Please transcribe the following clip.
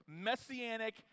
messianic